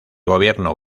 gobierno